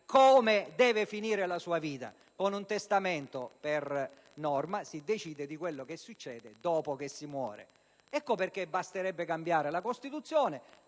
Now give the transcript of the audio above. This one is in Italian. come deve finire la sua vita. In un testamento, per norma, si decide quello che succede dopo la morte. Ecco perché basterebbe cambiare la Costituzione.